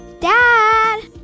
Dad